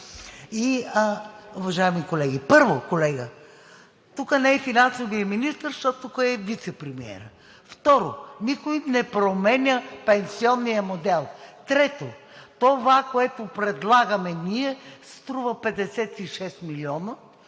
уважаеми колеги! Първо, колега, тук не е финансовият министър, защото тук е вицепремиерът. Второ, никой не променя пенсионния модел. Трето, това, което предлагаме ние, струва 56 милиона,